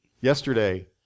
yesterday